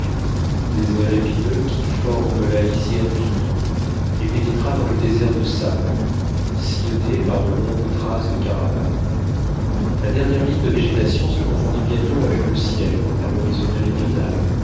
désert épineux qui forme la lisière du soudan et pénétra dans le désert de sable sillonné par de longues traces de caravanes la dernière ligne de végétation se confondit bientôt avec le ciel à l'horizon méridional